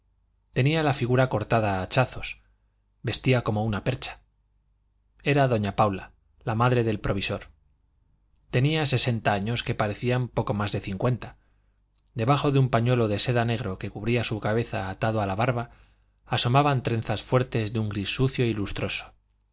tenía la figura cortada a hachazos vestía como una percha era doña paula la madre del provisor tenía sesenta años que parecían poco más de cincuenta debajo de un pañuelo de seda negro que cubría su cabeza atado a la barba asomaban trenzas fuertes de un gris sucio y lustroso